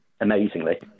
amazingly